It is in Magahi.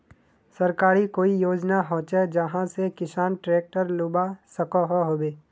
सरकारी कोई योजना होचे जहा से किसान ट्रैक्टर लुबा सकोहो होबे?